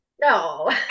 No